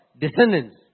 descendants